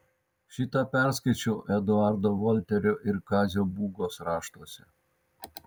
šį tą perskaičiau eduardo volterio ir kazio būgos raštuose